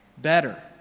Better